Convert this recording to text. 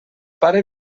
pare